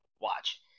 watch